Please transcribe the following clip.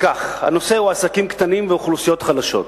הנושא הוא: עסקים קטנים ואוכלוסיות חלשות.